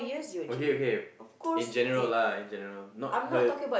okay okay in general lah in general not her